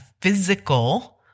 physical